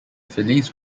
phillies